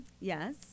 yes